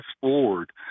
forward